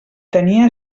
tenia